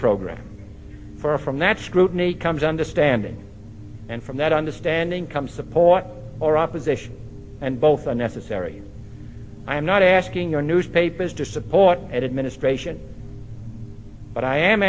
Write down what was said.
program for from that scrutiny comes understanding and from that understanding comes support or opposition and both are necessary i am not asking your newspapers to support